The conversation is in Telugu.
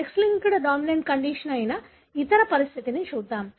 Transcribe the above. X లింక్డ్ డామినెంట్ కండిషన్ అయిన ఇతర పరిస్థితిని చూద్దాం